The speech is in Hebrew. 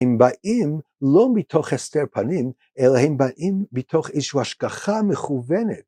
הם באים לא מתוך הסתר פנים, אלא הם באים מתוך איזושהו השגחה מכוונת